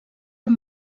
amb